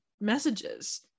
messages